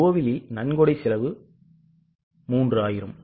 கோவிலில் நன்கொடை செலவு 3000 ஆகும்